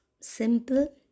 simple